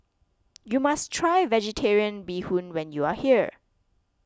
you must try Vegetarian Bee Hoon when you are here